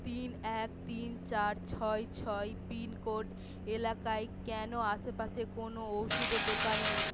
তিন এক তিন চার ছয় ছয় পিন কোড এলাকায় কেন আশেপাশে কোনো ওষুধের দোকান নেই